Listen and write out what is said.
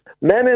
men